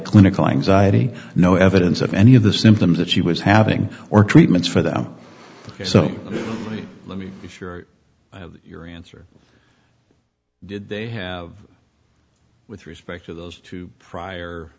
clinical anxiety no evidence of any of the symptoms that she was having or treatments for them so please let me be sure your answer did they have with respect to those two prior